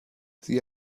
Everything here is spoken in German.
sie